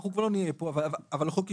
אנחנו כבר לא נהיה כאן אבל החוק יישאר.